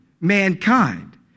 mankind